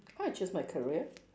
how I choose my career